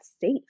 safe